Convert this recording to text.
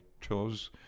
chose